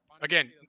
Again